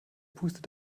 pustet